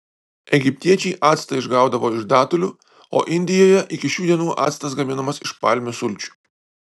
egiptiečiai actą išgaudavo iš datulių o indijoje iki šių dienų actas gaminamas iš palmių sulčių